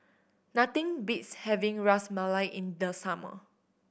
nothing beats having Ras Malai in the summer